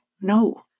no